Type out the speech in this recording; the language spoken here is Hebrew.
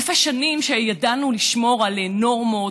אלפי שנים ידענו לשמור על נורמות,